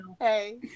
hey